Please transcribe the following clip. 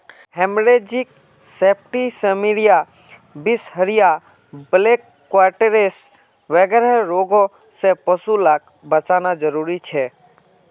haemorrhagic septicaemia, बीसहरिया, black quarters वगैरह रोगों से पशु लाक बचाना ज़रूरी छे